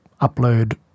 upload